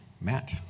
Matt